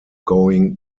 going